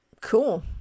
Cool